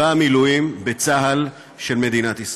בצבא המילואים של מדינת ישראל.